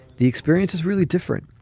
the experience is really different.